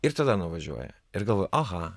ir tada nuvažiuoja ir galvoju aha